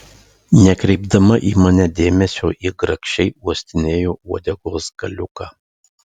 nekreipdama į mane dėmesio ji grakščiai uostinėjo uodegos galiuką